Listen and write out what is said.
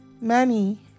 Money